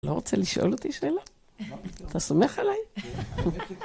לא רוצה לשאול אותי שאלה? אתה סומך עליי?